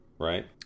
right